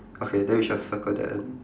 okay then we shall circle then